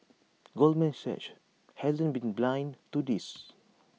Goldman Sachs hasn't been blind to this